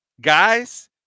guys